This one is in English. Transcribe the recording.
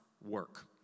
work